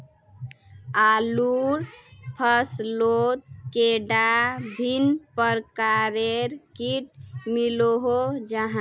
आलूर फसलोत कैडा भिन्न प्रकारेर किट मिलोहो जाहा?